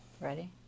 Ready